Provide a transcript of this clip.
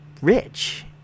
rich